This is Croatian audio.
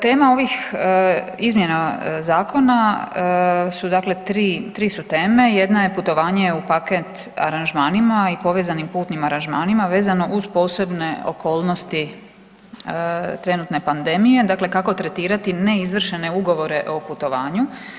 Tema ovih izmjena zakona su dakle 3, 3 su teme, jedna je putovanje u paket aranžmanima i povezanim putnim aranžmanima vezano uz posebne okolnosti trenutne pandemije, dakle kako tretirati neizvršene Ugovore o putovanju.